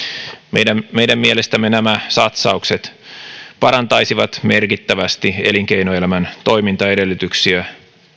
meidän meidän mielestämme nämä satsaukset parantaisivat merkittävästi elinkeinoelämän toimintaedellytyksiä